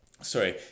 Sorry